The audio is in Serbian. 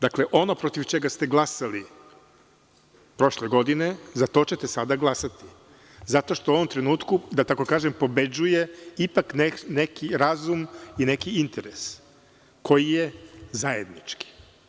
Dakle, ono protiv čega ste glasali prošle godine, za to ćete sada glasatizato što u ovom trenutku, da tako kažem, pobeđuje ipak neki razum i neki interes koji je zajednički.